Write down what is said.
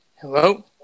Hello